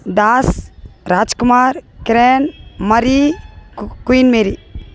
தாஸ் ராஜ்குமார் கிரண் மரி கு குயின்மேரி